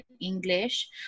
English